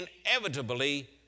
INEVITABLY